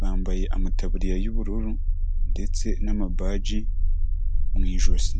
bambaye amataburiya y'ubururu ndetse n'amabaji mu ijosi.